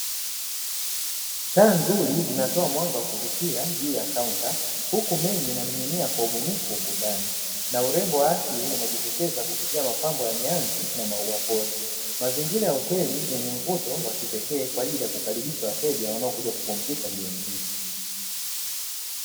Taa nzuri zinatoa mwanga wa kuvutia juu ya kaunta huku menyu inaning’inia kwa ubunifu ukutanu na urembo wa asili unajitokeza kupitia mapambo ya mianzi na maua pori, mazingira ya hoteli yenye mvuto wa kipekee kwa ajili ya kukaribisha wateja wanaokuja kupumzika jioni hii.